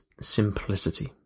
simplicity